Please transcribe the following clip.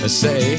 say